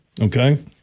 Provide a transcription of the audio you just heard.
Okay